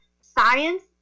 Science